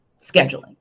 scheduling